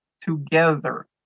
together